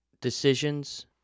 Decisions